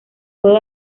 puedo